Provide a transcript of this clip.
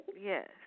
Yes